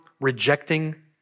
rejecting